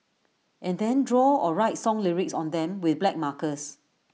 and then draw or write song lyrics on them with black markers